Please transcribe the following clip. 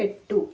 పెట్టు